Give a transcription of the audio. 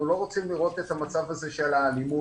אנחנו לא רוצים לראות את המצב הזה של האלימות,